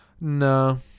No